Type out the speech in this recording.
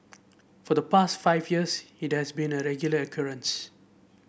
for the past five years it has been a regular occurrence